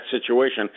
situation